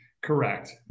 Correct